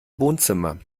wohnzimmer